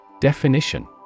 Definition